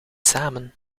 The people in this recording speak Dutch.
samen